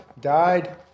died